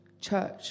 church